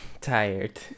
tired